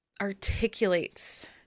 articulates